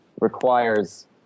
requires